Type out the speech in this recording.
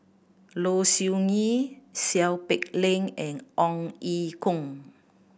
Low Siew Nghee Seow Peck Leng and Ong Ye Kung